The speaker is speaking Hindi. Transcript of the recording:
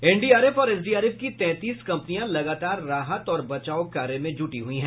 एनडीआरएफ और एसडीआरएफ की तैंतीस कंपनियां लगातार राहत और बचाव कार्य में जुटी हुई हैं